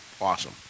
awesome